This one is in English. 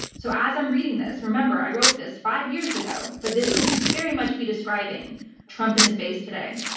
so, as i'm reading this, remember, i wrote this five years ago, but this could very much be describing trump and his base today.